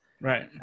Right